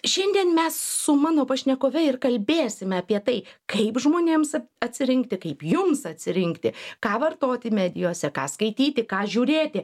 šiandien mes su mano pašnekove ir kalbėsime apie tai kaip žmonėms atsirinkti kaip jums atsirinkti ką vartoti medijose ką skaityti ką žiūrėti